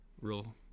real